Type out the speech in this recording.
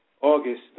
August